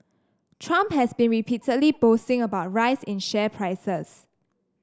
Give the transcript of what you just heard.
Trump has been repeatedly boasting about rise in share prices